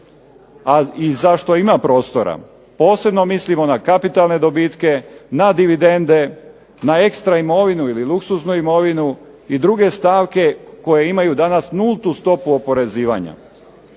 i za što ima prostora, posebno mislimo na kapitalne dobitke, na dividende, na ekstra imovinu ili luksuznu imovinu i druge stavke koje imaju danas nultu stopu oporezivanja.